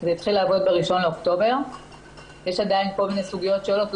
זה התחיל לעבוד ב-1.10 יש עדיין כל מני סוגיות שעולות,